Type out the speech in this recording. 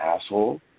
asshole